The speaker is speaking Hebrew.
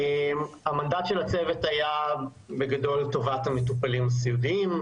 המנדט של הצוות היה טובת המטופלים הסיעודיים,